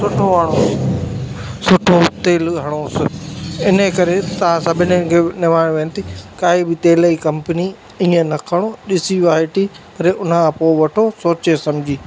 सुठो आहे सुठो आहे सुठो तेलु हणोसीं इन करे तव्हां सभनीनि खे निमाड़ी वेनिती काई बि तेल जी कंपनी ईअं न खणो ॾिसी वाइठी वरी उन खां पो वठो सोचे सम्झी